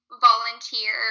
volunteer